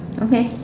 okay